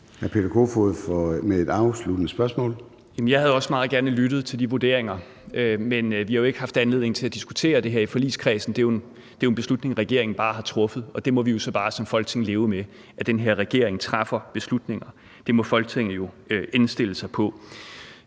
Hr. Peter Kofod med et afsluttende spørgsmål. Kl. 14:02 Peter Kofod (DF): Jeg havde også meget gerne lyttet til de vurderinger, men vi har jo ikke haft anledning til at diskutere det her i forligskredsen. Det er en beslutning, regeringen bare har truffet, og der må vi jo så bare som Folketing leve med, at den her regering træffer beslutninger; det må Folketinget jo indstille sig på.